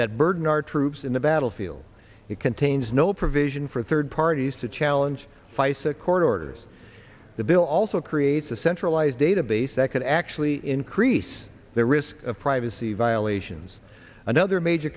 that burden our troops in the battlefield it contains no provision for third parties to challenge face a court orders the bill also creates a centralized database the second actually increase the risk of privacy violations another major